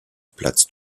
platz